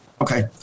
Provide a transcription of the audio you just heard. Okay